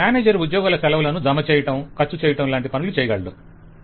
manager ఉద్యోగుల సెలవులను జమ చెయ్యటం ఖర్చు చెయ్యటం మరియు మార్పులు చెయ్యటంలాంటి పనులు చెయ్యగలడు